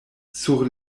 sur